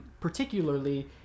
particularly